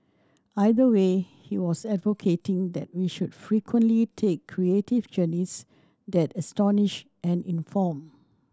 either way he was advocating that we should frequently take creative journeys that astonish and inform